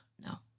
no